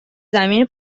زمینی